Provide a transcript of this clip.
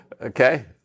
Okay